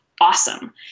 Awesome